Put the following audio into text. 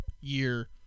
year